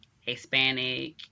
Hispanic